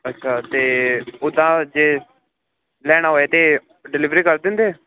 ਅੱਛਾ ਅਤੇ ਉੱਦਾਂ ਜੇ ਲੈਣਾ ਹੋਇਆ ਤਾਂ ਡਿਲੀਵਰੀ ਕਰ ਦਿੰਦੇ